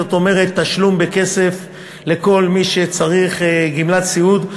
זאת אומרת תשלום בכסף לכל מי שצריך גמלת סיעוד,